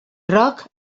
roc